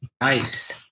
Nice